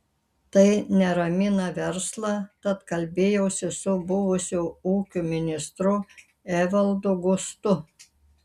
tai neramina verslą tad kalbėjausi su buvusiu ūkio ministru evaldu gustu